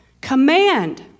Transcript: command